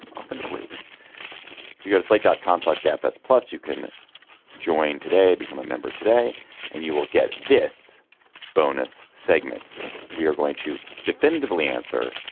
often great if you go to slaked complex gabfests. plus you can join today, become a member today and you will get this bonus segment we are going to definitively answer.